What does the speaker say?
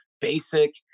basic